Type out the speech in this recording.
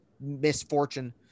misfortune